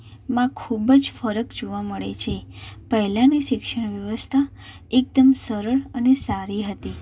માં ખૂબ જ ફરક જોવા મળે છે પહેલાંની શિક્ષણ વ્યવસ્થા એકદમ સરળ અને સારી હતી